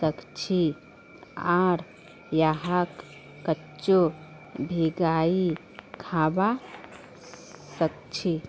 सखछी आर यहाक कच्चो भिंगाई खाबा सखछी